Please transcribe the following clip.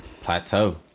plateau